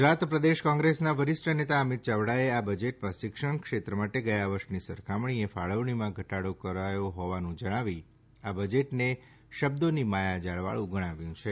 ગુજરાત પ્રદેશ કોંગ્રેસના વરિષ્ઠ નેતા અમિત ચાવડાએ આ બજેટમાં શિક્ષણ ક્ષેત્ર માટે ગયા વર્ષની સરખામણીએ ફાળવણીમાં ઘટાડો કરાયો હોવાનું જણાવીને આ બજેટને શબ્દોની માયાજાળવાળું ગણાવ્યું છે